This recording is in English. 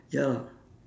ya